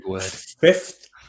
Fifth